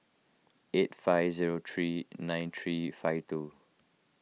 eight five zero three nine three five two